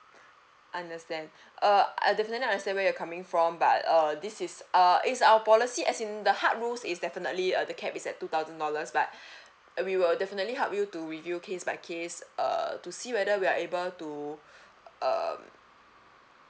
understand err I definitely understand where you're coming from but err this is uh it's our policy as in the hard rules is definitely uh the cap is at two thousand dollars but we will definitely help you to review case by case err to see whether we are able to um